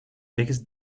biggest